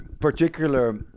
particular